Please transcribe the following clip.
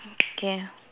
okay